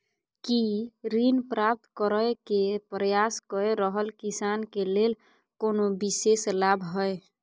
की ऋण प्राप्त करय के प्रयास कए रहल किसान के लेल कोनो विशेष लाभ हय?